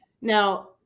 Now